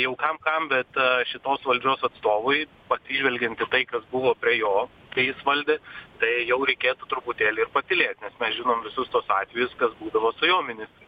jau kam kam bet šitos valdžios atstovui atsižvelgiant į tai kas buvo prie jo kai jis valdė tai jau reikėtų truputėlį ir patylėt nes mes žinom visus tuos atvejus kas būdavo su jo ministrais